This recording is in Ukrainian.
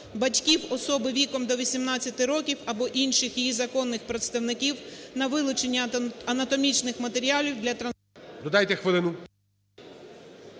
батьків особи віком до 18 років або інших її законних представників на вилучення анатомічних матеріалів для трансплантації…" ГОЛОВУЮЧИЙ. Додайте хвилину.